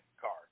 card